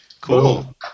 Cool